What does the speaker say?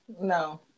No